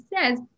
says